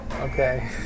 Okay